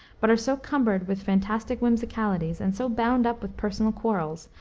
but are so cumbered with fantastic whimsicalities, and so bound up with personal quarrels,